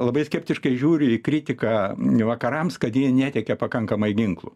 labai skeptiškai žiūri į kritiką vakarams kad jie netiekia pakankamai ginklų